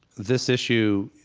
this issue,